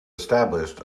established